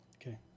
Okay